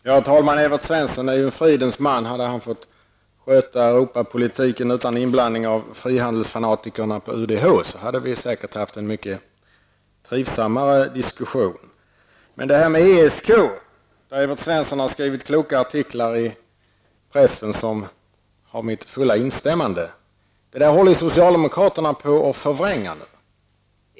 Herr talman! Evert Svensson är en fridens man. Hade han fått sköta Europapolitiken utan inblandning av frihandelsfanatikerna på UDH hade vi säkert haft en mycket trivsammare diskussion. ESK, som Evert Svensson har skrivit kloka artiklar i pressen om, vilka har mitt fulla instämmande, håller socialdemokraterna på att förvränga.